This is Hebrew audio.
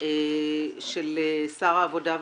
של שר העבודה,